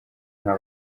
nta